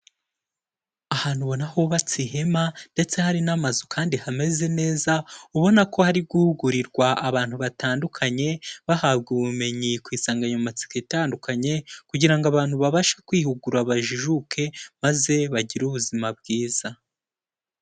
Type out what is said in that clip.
Ahantu ubona hubatse ihema ndetse hari n'amazu kandi hameze neza, ubona ko hari guhugurirwa abantu batandukanye bahabwa ubumenyi ku nsanganyamatsiko itandukanye kugira ngo abantu babashe kwihugura bajijuke, maze bagire ubuzima bwiza.